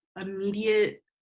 immediate